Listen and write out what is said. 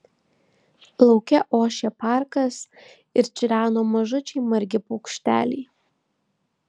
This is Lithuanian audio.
lauke ošė parkas ir čireno mažučiai margi paukšteliai